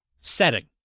Setting